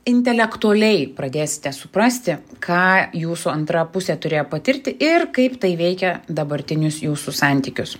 intelektualiai pradėsite suprasti ką jūsų antra pusė turėjo patirti ir kaip tai veikia dabartinius jūsų santykius